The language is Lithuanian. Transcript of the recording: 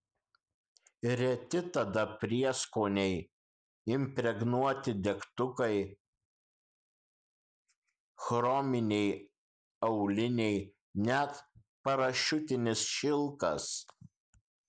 reti tada prieskoniai impregnuoti degtukai chrominiai auliniai net parašiutinis šilkas